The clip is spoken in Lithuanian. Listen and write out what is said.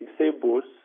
jisai bus